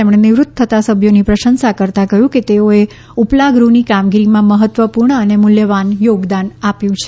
તેમણે નિવૃત્ત થતા સભ્યોની પ્રશંસા કરતા કહ્યું કે તેઓએ ઉપલા ગૃહની કામગીરીમાં મહત્વપૂર્ણ અને મૂલ્યવાન યોગદાન આપ્યું છે